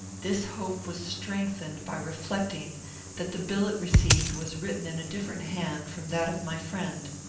this hope was strengthened by reflecting that the billet received was written in a different hand from that of my friend.